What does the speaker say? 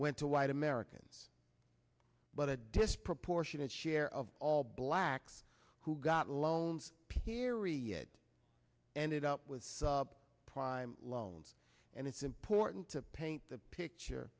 went to white americans but a disproportionate share of all blacks who got loans period ended up with prime loans and it's important to paint the picture